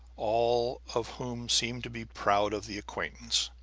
all of whom seemed to be proud of the acquaintance.